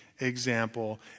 example